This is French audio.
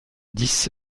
dix